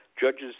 judges